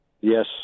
Yes